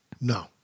no